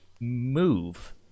move